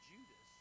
Judas